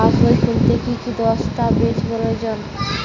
পাসবই খুলতে কি কি দস্তাবেজ প্রয়োজন?